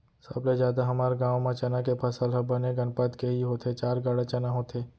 सबले जादा हमर गांव म चना के फसल ह बने गनपत के ही होथे चार गाड़ा चना होथे